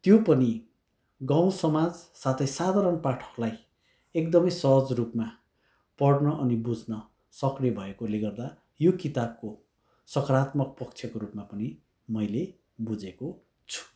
त्यो पनि गाउँ समाज साथै साधारण पाठकलाई एकदमै सहज रूपमा पढ्न अनि बुज्न सक्ने भएकोले गर्दा यो किताबको सकरात्मक पक्षको रूपमा पनि मैले बुझेको छु